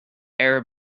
arab